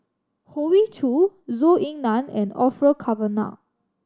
Hoey Choo Zhou Ying Nan and Orfeur Cavenagh